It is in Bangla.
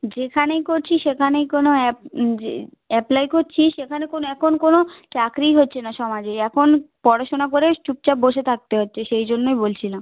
যেখানেই করছি সেখানেই কোনো অ্যাপ্লাই করছি সেখানে কোনো এখন কোনো চাকরিই হচ্ছে না সমাজে এখন পড়াশুনা করে চুপচাপ বসে থাকতে হচ্ছে সেই জন্যই বলছিলাম